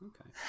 Okay